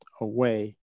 away